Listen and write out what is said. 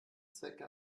zwecke